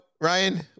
ryan